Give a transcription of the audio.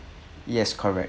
yes correct